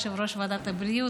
יושב-ראש ועדת הבריאות,